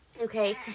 Okay